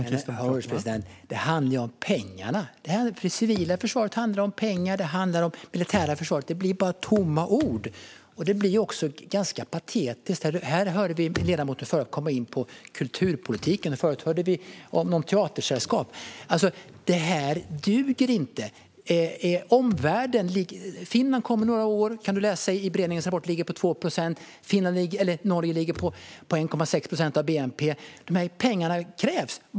Herr ålderspresident! Det handlar ju om pengarna. När det gäller det civila försvaret och det militära försvaret handlar det om pengar. Det blir bara tomma ord, och det blir också ganska patetiskt. Tidigare hörde vi ledamoten komma in på kulturpolitiken. Vi hörde tidigare också om något teatersällskap. Detta duger inte. Man kan i rapporten läsa att Finland ligger på 2 procent av bnp och Norge på 1,6 procent av bnp. Dessa pengar krävs.